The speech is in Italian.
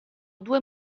due